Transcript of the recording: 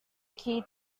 key